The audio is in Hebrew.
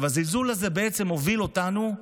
הזלזול הזה בעצם הוביל אותנו,